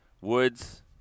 Woods